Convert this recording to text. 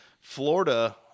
Florida